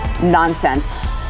nonsense